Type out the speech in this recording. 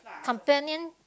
companion